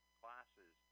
classes